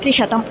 त्रिशतम्